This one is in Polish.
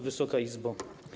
Wysoka Izbo!